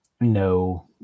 no